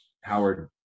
Howard